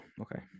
okay